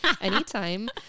Anytime